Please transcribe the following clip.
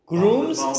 Groom's